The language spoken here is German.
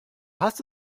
hast